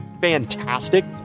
fantastic